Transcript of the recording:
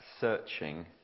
searching